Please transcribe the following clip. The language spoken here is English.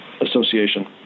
association